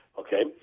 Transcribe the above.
Okay